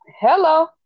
Hello